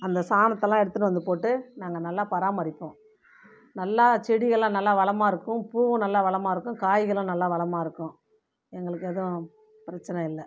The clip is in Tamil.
அந்த சாணத்தலாம் எடுத்துட்டு வந்து போட்டு நாங்கள் நல்லா பராமரிப்போம் நல்லா செடிகள்லாம் நல்லா வளமாக இருக்கும் பூவும் நல்லா வளமாக இருக்கும் காய்களும் நல்லா வளமாக இருக்கும் எங்களுக்கு எதுவும் பிரச்சின இல்லை